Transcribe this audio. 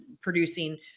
producing